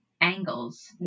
angles